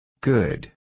Good